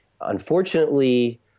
unfortunately